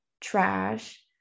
trash